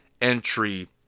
entry